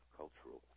cultural